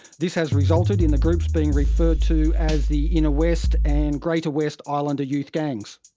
this has resulted in the groups being referred to as the inner west and greater west islander youth gangs.